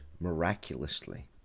miraculously